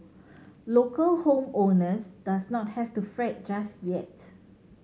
local home owners does not have to fret just yet